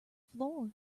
floor